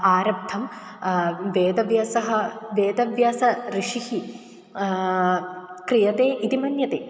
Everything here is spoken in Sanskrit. आरम्भं वेदव्यासः वेदव्यासऋषिणा क्रियते इति मन्यते